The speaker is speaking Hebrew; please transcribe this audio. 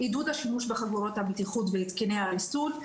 עידוד השימוש בחגורות הבטיחות והתקני הריסון,